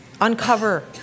uncover